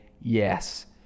Yes